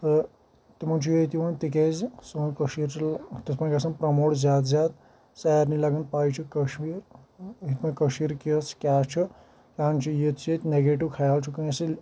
تہٕ تِمَن چھُ ییٚتہِ یِوان تِکیٛازِ سوٗن کٔشیٖر چھِ تِتھ پٲنٛٹھۍ گژھان پرٛموٹ زیادٕ زیادٕ سارنٕے لَگَان پَے یہِ چھِ کٔشیٖر یِتھ پٲٹھۍ کٔشیٖر کِژھۍ کیاہ چھِ یِہان چھِ نَگیٹِو خیال چھُ کٲنٛسہِ